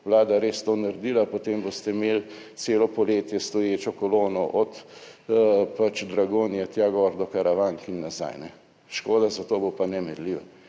Vlada res to naredila, potem boste imeli celo poletje stoječo kolono od Dragonje tja gor do Karavank in nazaj, škoda za to bo pa ne merljiva